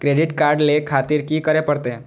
Credit card ले खातिर की करें परतें?